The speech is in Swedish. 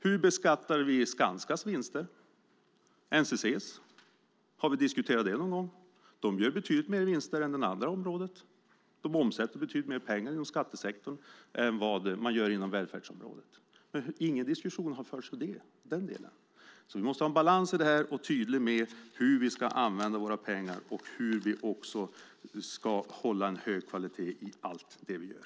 Hur beskattar vi Skanskas vinster och NCC:s vinster? Har vi diskuterat det någon gång? De gör betydligt mer vinster än företag på det andra området. De omsätter betydligt mer pengar inom skattesektorn än vad man gör inom välfärdsområdet. Men ingen diskussion har förts i den delen. Vi måste ha en balans i det här och vara tydliga med hur vi ska använda våra pengar och hur vi ska hålla en hög kvalitet i allt det vi gör.